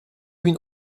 bin